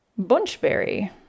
Bunchberry